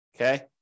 Okay